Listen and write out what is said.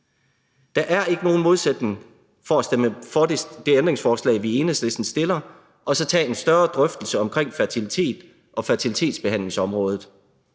Der er ikke nogen modsætning mellem at stemme for det ændringsforslag, vi i Enhedslisten stiller, og så at tage en større drøftelse omkring fertilitet og fertilitetsbehandlingsområdet.